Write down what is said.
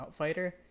outfighter